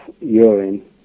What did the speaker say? urine